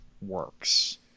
works